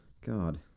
God